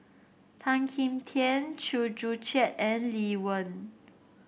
Tan Kim Tian Chew Joo Chiat and Lee Wen